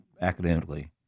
academically